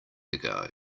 ago